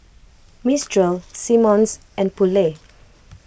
Mistral Simmons and Poulet